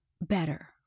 better